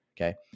Okay